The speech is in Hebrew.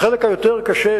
החלק היותר קשה,